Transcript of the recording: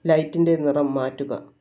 ലൈറ്റിൻ്റെ നിറം മാറ്റുക